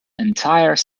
entire